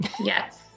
Yes